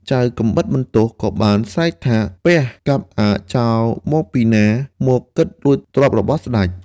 ចៅកាំបិតបន្ទោះក៏បានស្រែកថា "ពះ! កាប់អាចោរមកពីណា មកគិតលួចទ្រព្យរបស់ស្ដេច"។